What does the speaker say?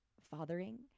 fathering